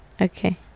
Okay